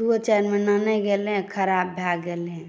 दुइओ चारि महिना नहि भेलै खराब भऽ गेलै